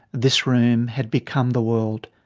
this room had become the world.